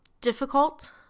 difficult